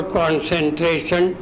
concentration